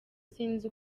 sinzi